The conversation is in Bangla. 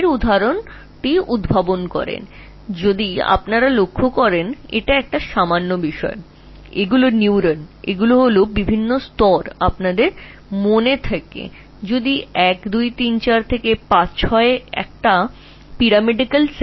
এখন তুমি যদি কেবল একটি সাধারণ বিষয় দেখ তবে এগুলি নিউরনস এই স্তরগুলি যদি তোমার মনে থাকে 1 2 3 4 বা 5 6 আর এটি একটি পিরামিডাল কোষ